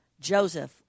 Joseph